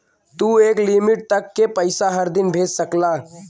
तू एक लिमिट तक के पइसा हर दिन भेज सकला